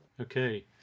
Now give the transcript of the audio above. Okay